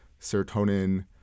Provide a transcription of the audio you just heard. serotonin